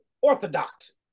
orthodoxy